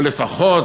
או לפחות,